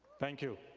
thank you.